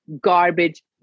garbage